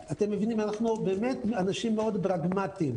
אתם מבינים, אנחנו אנשים מאוד פרגמטיים.